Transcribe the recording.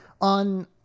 On